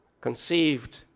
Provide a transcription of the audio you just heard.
conceived